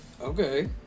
Okay